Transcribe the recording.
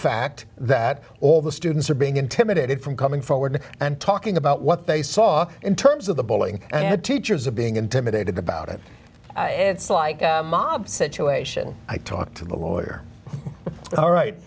fact that all the students are being intimidated from coming forward and talking about what they saw in terms of the bullying and how teachers are being intimidated about it it's like a mob situation i talked to the lawyer all right